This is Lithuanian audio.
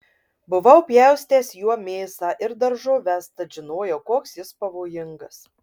buvau pjaustęs juo mėsą ir daržoves tad žinojau koks jis pavojingas